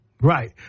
Right